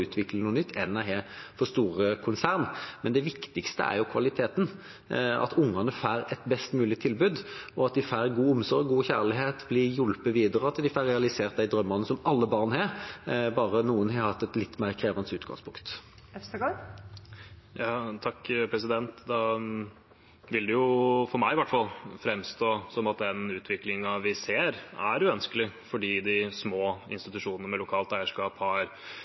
noe nytt, enn jeg har for store konsern. Det viktigste er kvaliteten, at ungene får et best mulig tilbud, at de får god omsorg, god kjærlighet, blir hjulpet videre, at de får realisert de drømmene alle barn har, noen har bare hatt et litt mer krevende utgangspunkt. Da vil det – for meg, i hvert fall – framstå som at den utviklingen vi ser, ikke er ønskelig, for de små institusjonene med lokalt eierskap har